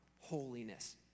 holiness